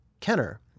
Kenner